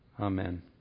Amen